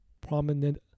prominent